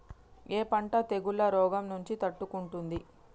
ఏ పంట తెగుళ్ల రోగం నుంచి తట్టుకుంటుంది?